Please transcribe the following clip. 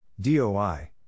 DOI